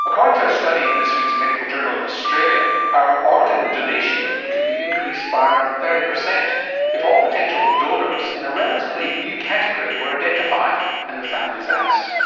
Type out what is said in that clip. according to a study in this week's medical journal of australia, our organ donation rate could be increased by around thirty percent if all potential donors in a relatively new category were identified and the families asked.